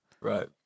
Right